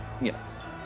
Yes